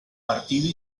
partido